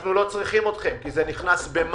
ואנחנו לא צריכים אתכם כי זה נכנס במאי.